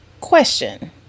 question